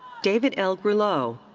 david l. groleau.